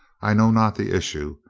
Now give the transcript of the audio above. i know not the issue.